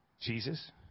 Jesus